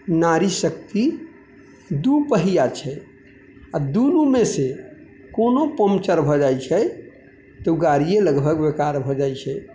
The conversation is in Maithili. नारी शक्ति दू पहिआ छै आओर दुनूमेसँ कोनो पंचर भऽ जाइ छै तऽ उ गाड़ीए लगभग बेकार भऽ जाइ छै